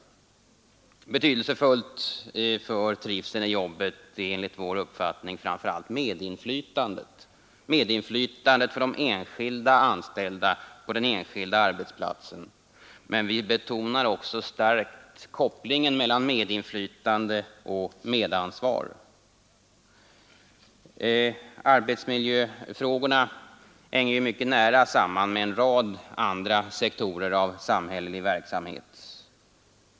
Betydelsefullt för trivseln i arbetet är enligt vår uppfattning framför allt medinflytandet för de enskilda anställda på den enskilda arbetsplatsen, men vi betonar också starkt kopplingen mellan medinflytande och medansvar. Arbetsmiljöfrågorna hänger mycket nära samman med en rad andra sektorer av samhällelig verksamhet.